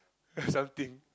something